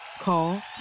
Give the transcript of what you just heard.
Call